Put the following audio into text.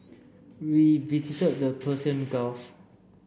we visited the Persian Gulf